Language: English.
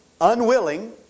unwilling